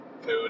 food